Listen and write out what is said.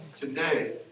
today